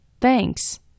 Thanks